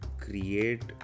create